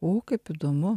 o kaip įdomu